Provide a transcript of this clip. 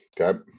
Okay